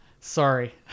Sorry